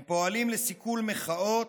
הם פועלים לסיכול מחאות,